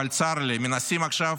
אבל צר לי, מנסים עכשיו